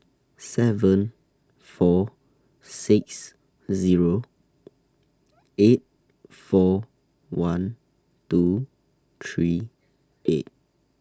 seven four six Zero eight four one two three eight